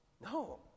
No